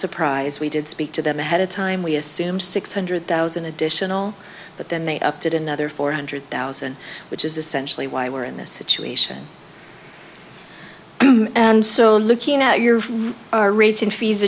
surprise we did speak to them ahead of time we assumed six hundred thousand additional but then they upped it another four hundred thousand which is essentially why we're in this situation and so looking at your our ra